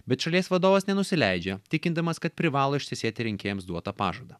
bet šalies vadovas nenusileidžia tikindamas kad privalo ištesėti rinkėjams duotą pažadą